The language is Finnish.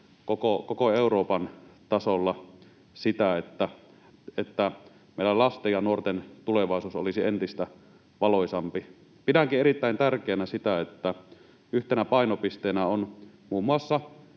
koko Euroopan tasolla sitä, että meidän lasten ja nuorten tulevaisuus olisi entistä valoisampi. Pidänkin erittäin tärkeänä sitä, että yhtenä painopisteenä on muun muassa